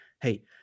hey